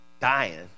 dying